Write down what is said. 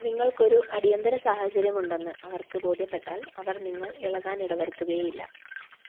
നിങ്ങൾക്കൊരു അടിയന്തിര സാഹചര്യം ഉണ്ടെന്ന് അവർക്ക് ബോധ്യപ്പെട്ടാൽ അവർ നിങ്ങൾ ഇളകാൻ ഇടവരുത്തുകയേയില്ല